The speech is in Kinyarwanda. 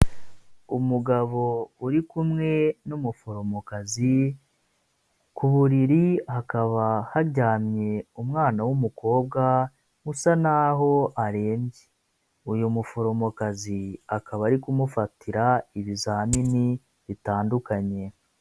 Umugabo uri kumwe n'umuforomokazi, ku buriri hakaba haryamye umwana w'umukobwa usa naho arembye. Uyu muforomokazi akaba ari kumufatira ibizamini bitandukanye.